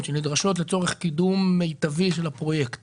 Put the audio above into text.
שנדרשות לצורך קידום מיטבי של הפרויקט